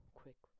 quick